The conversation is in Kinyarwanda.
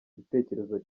gitekerezo